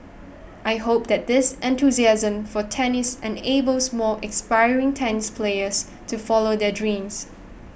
I hope that this enthusiasm for tennis enables more aspiring tennis players to follow their dreams